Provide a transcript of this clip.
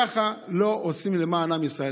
ככה לא עושים למען עם ישראל.